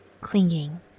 clinging